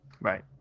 Right